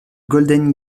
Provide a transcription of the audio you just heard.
golden